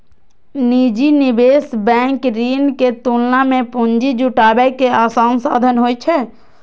निजी निवेश बैंक ऋण के तुलना मे पूंजी जुटाबै के आसान साधन होइ छै